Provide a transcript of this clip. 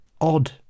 odd